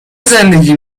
زندگی